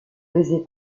faisait